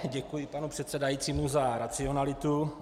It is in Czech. Děkuji panu předsedajícímu za racionalitu.